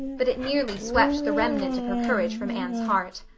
but it nearly swept the remnant of her courage from anne's heart.